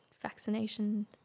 vaccination